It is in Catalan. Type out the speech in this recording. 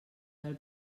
del